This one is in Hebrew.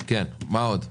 מה עוד?